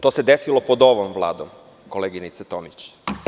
To se desilo pod ovom Vladom, koleginice Tomić.